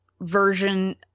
version